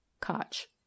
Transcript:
Koch